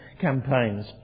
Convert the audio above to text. campaigns